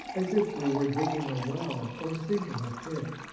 as if we were digging a well or sinking a pit.